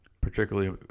particularly